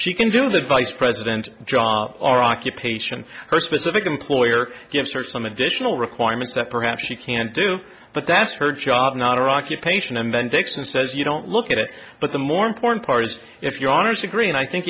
she can do the vice president job or occupation her specific employer gives her some additional requirements that perhaps she can't do but that's her job not her occupation and then dixon says you don't look at it but the more important cars if you're honest agree and i think